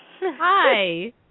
hi